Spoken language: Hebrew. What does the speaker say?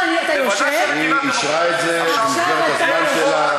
היא אישרה את זה במסגרת הזמן שלה.